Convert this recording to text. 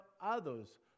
others